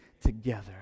together